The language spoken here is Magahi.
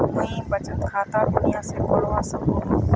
मुई बचत खता कुनियाँ से खोलवा सको ही?